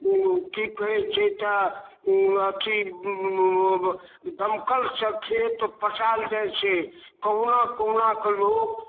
की कहइ छै तऽ अथी दमकल सऽ खेत पटाएल जाइ छै कहुना कहुना कऽ लोक